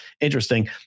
interesting